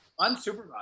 unsupervised